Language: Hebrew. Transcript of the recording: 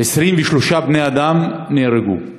בני-אדם נהרגו,